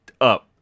up